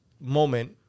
moment